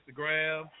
Instagram